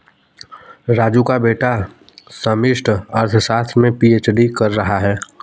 राजू का बेटा समष्टि अर्थशास्त्र में पी.एच.डी कर रहा है